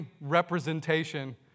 representation